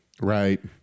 Right